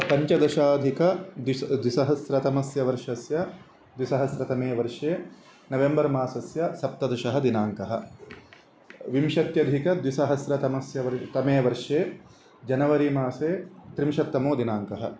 पञ्चदशाधिक द्वि द्विसहस्रतमस्य वर्षस्य द्विसहस्रतमे वर्षे नवेम्बर् मासस्य सप्तदशः दिनाङ्कः विंशत्यधिक द्विसहस्रतमस्य वर्ष तमे वर्षे जनवरी मासे त्रिंशत्तमो दिनाङ्कः